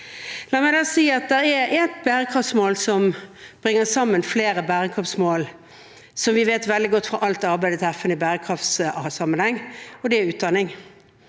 La meg si at det er et bærekraftsmål som bringer sammen flere bærekraftsmål, noe vi vet veldig godt fra alt arbeidet til FN i bærekraftssammenheng, og det er utdanning.